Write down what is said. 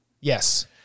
Yes